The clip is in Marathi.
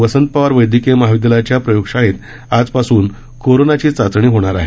वसंत पवार वैदयकीय महाविदयालयाच्या प्रयोग शाळेत आजपासून कोरोनाची चाचणी होणार आहे